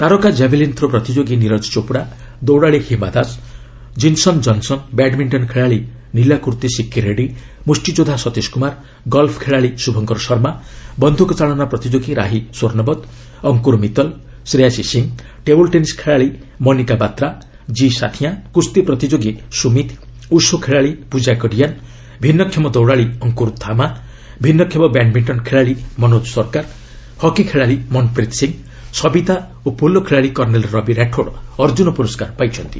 ତାରକା javelin throw ପ୍ରତିଯୋଗୀ ନିରଜ ଚୋପଡ଼ା ଦୌଡ଼ାଳି ହିମା ଦାସ ଜିନ୍ସନ୍ ଜନ୍ସନ୍ ବ୍ୟାଡ୍ମିଣ୍ଟନ ଖେଳାଳି ନୀଲାକୂର୍ତି ସିକି ରେଡ୍ରୀ ମୁଷ୍ଟିଯୋଦ୍ଧା ଶତୀଶ କୁମାର ଗଲଫ୍ ଖେଳାଳି ଶୁଭଙ୍କର ଶର୍ମା ବନ୍ଧୁକ ଚାଳନା ପ୍ରତିଯୋଗି ରାହି ଶର୍ଷ୍ଣୋବତ୍ ଅଙ୍କୁର ମିତଲ ଶ୍ରେୟାସୀ ସିଂହ ଟେବୁଲ୍ ଟେନିସ୍ ଖେଳାଳି ମନିକା ବାତ୍ରା କି ସାଥିୟାଁ କୁସ୍ତି ପ୍ରତିଯୋଗି ସୁମିତ ଓ୍ୱଷୁ ଖେଳାଳି ପୂଜା କଡ଼ିଆନ୍ ଭିନ୍ନକ୍ଷମ ଦୌଡ଼ାଳି ଅଙ୍କୁର ଧାମା ଭିନ୍ନକ୍ଷମ ବ୍ୟାଡ୍ମିଣ୍ଟନ ଖେଳାଳି ମନୋଚ୍ଚ ସରକାର ହକି ଖେଳାଳି ମନ୍ପ୍ରିତ ସିଂହ ସବିତା ଓ ପୋଲୋ ଖେଳାଳି କର୍ଷ୍ଣେଲ ରବି ରାଠୋଡ୍ ଅର୍ଜ୍ଜୁନ ପୁରସ୍କାର ପାଇଛନ୍ତି